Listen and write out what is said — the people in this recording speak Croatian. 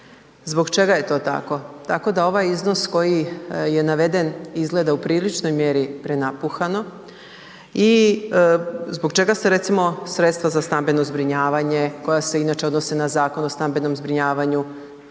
Zbog čega je to tako? Tako da ovaj iznos koji je naveden izgleda u priličnoj mjeri prenapuhano i zbog čega se recimo sredstva za stambeno zbrinjavanje koja se inače odnose na Zakon o stambenom zbrinjavanju